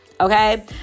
okay